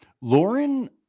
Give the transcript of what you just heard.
lauren